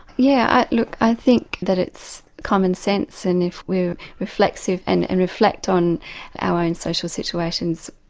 yeah look i think that it's commonsense and if we were reflexive and and reflect on our own social situations,